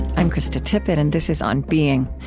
i'm krista tippett, and this is on being.